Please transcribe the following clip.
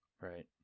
Right